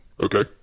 Okay